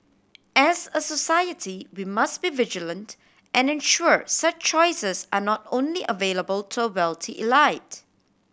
as a society we must be vigilant and ensure such choices are not only available to a wealthy elite